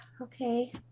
Okay